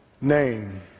name